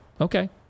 Okay